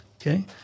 okay